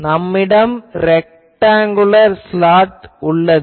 நம்மிடம் rectangular slot உள்ளது